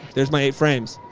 there's my eight frames.